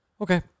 Okay